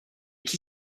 qui